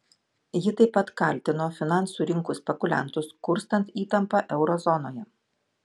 ji taip pat kaltino finansų rinkų spekuliantus kurstant įtampą euro zonoje